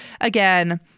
again